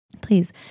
please